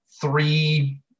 three